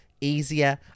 easier